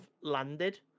landed